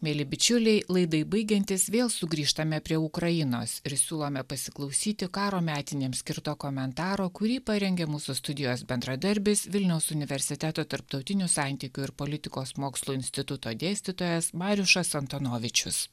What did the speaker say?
mieli bičiuliai laidai baigiantis vėl sugrįžtame prie ukrainos ir siūlome pasiklausyti karo metinėms skirto komentaro kurį parengė mūsų studijos bendradarbis vilniaus universiteto tarptautinių santykių ir politikos mokslų instituto dėstytojas mariušas antonovičius